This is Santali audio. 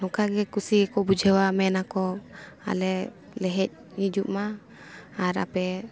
ᱱᱚᱝᱠᱟ ᱜᱮ ᱠᱩᱥᱤ ᱠᱚ ᱵᱩᱡᱷᱟᱹᱣᱟ ᱢᱮᱱᱟᱠᱚ ᱟᱞᱮ ᱞᱮ ᱦᱮᱡ ᱦᱤᱡᱩᱜ ᱢᱟ ᱟᱨ ᱟᱯᱮ